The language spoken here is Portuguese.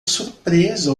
surpreso